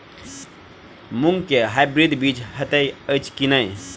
मूँग केँ हाइब्रिड बीज हएत अछि की नै?